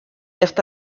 esta